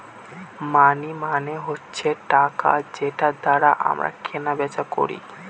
মানি মানে হচ্ছে টাকা যেটার দ্বারা আমরা কেনা বেচা করি